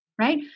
Right